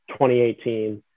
2018